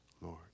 Lord